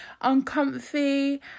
uncomfy